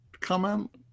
comment